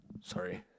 Sorry